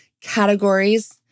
categories